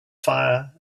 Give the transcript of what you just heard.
fire